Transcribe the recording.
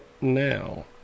now